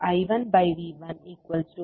75V0 5V00